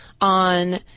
on